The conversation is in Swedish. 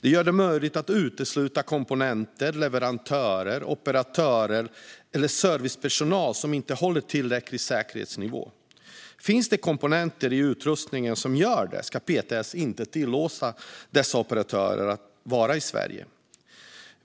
Det gör det möjligt att utesluta komponenter, leverantörer, operatörer eller servicepersonal som inte håller tillräcklig säkerhetsnivå. Finns det komponenter i utrustningen som gör det ska PTS inte tillåta dessa operatörer i Sverige.